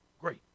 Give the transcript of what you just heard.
Great